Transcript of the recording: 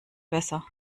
besser